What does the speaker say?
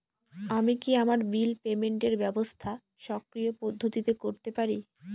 আমি কি আমার বিল পেমেন্টের ব্যবস্থা স্বকীয় পদ্ধতিতে করতে পারি?